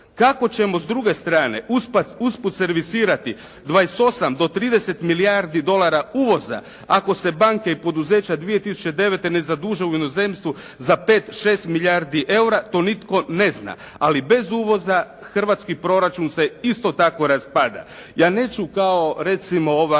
Kako ćemo s druge strane usput servisirati 28 do 30 milijardi dolara uvoza, ako se banke i poduzeća 2009. ne zaduže u inozemstvu za 5, 6 milijardi eura, to nitko ne zna, ali bez uvoza hrvatski proračun se isto tako raspada. Ja neću kao recimo